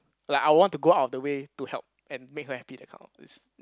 like I would want to go out of the way to help and make her happy that kind of please